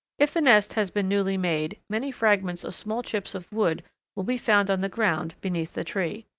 if the nest has been newly made many fragments of small chips of wood will be found on the ground beneath the tree.